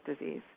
disease